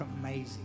amazing